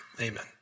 amen